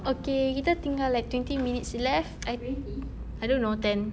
okay kita tinggal like twenty minutes left I I don't know ten